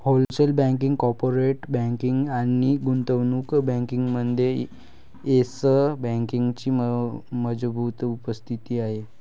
wholesale banking, corporate banking आणि गुंतवणूक बँकिंगमध्ये येस बँकेची मजबूत उपस्थिती आहे